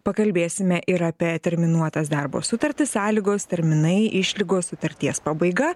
pakalbėsime ir apie terminuotas darbo sutartis sąlygos terminai išlygos sutarties pabaiga